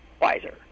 wiser